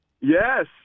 Yes